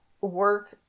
work